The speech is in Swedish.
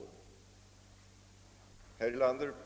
Ordet lämnades härefter på begäran till